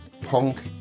punk